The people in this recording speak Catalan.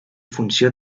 funció